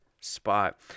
spot